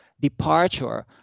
departure